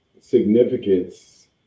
significance